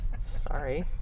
Sorry